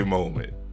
moment